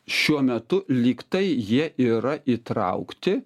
šiuo metu lyg tai jie yra įtraukti